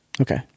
Okay